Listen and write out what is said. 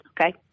Okay